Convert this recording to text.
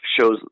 shows